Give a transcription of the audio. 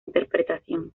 interpretación